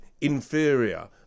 inferior